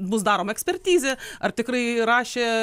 bus daroma ekspertizė ar tikrai rašė